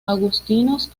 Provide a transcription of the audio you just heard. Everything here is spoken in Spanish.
agustinos